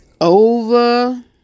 Over